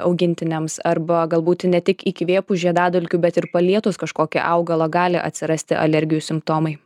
augintiniams arba galbūt ir ne tik įkvėpus žiedadulkių bet ir palietus kažkokį augalą gali atsirasti alergijų simptomai